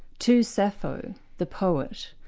to sappho the poet,